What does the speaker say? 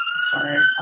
Sorry